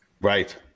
Right